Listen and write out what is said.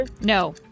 No